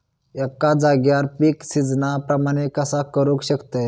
एका जाग्यार पीक सिजना प्रमाणे कसा करुक शकतय?